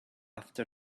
after